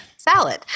salad